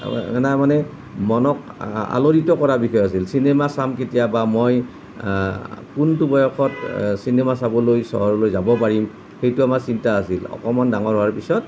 মানে মানে মনক আলোড়িত কৰা বিষয় আছিল চিনেমা চাম কেতিয়াবা মই কোনটো বয়সত চিনেমা চাবলৈ চহৰলৈ যাব পাৰিম সেইটো আমাৰ চিন্তা আছিল অকণমান ডাঙৰ হোৱাৰ পিছত